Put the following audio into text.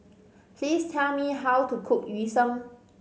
please tell me how to cook Yu Sheng